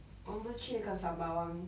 我去那个 sembawang